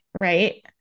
Right